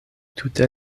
tute